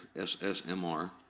SSMR